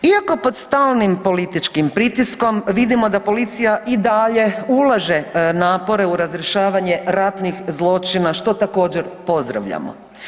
Iako pod stalnim političkim pritiskom vidimo da policija i dalje ulaže napore u razrješavanje ratnih zločina što također pozdravljamo.